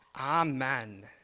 Amen